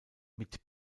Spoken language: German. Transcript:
mit